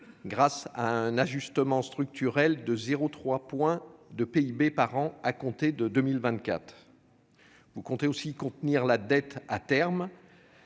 grâce à un ajustement structurel de 0,3 point de PIB par an à compter de 2024. Vous comptez aussi contenir la dette à terme.